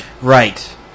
Right